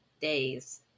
days